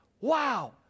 Wow